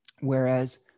Whereas